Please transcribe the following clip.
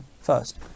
first